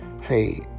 hey